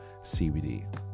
CBD